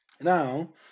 Now